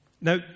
Now